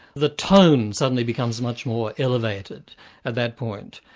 the tone suddenly becomes much more elevated at that point,